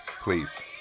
please